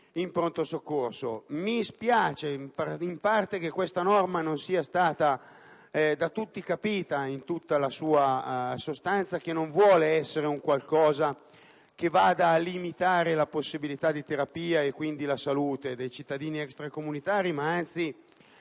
un pronto soccorso. Mi spiace in parte che tale norma non sia stata da tutti compresa in tutta la sua sostanza; essa non vuole essere un qualcosa che va a limitare le possibilità di terapia e quindi la salute dei cittadini extracomunitari, anzi,